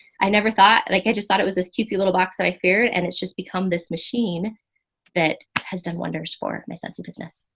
i never thought, like i just thought it was this cutesy little box that i feared and it's just become this machine that has done wonders for my sense of business.